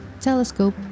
telescope